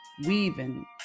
weaving